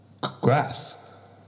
grass